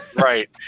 Right